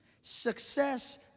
Success